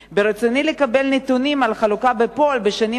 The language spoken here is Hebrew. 2. מה הם הנתונים של החלוקה בפועל בשנים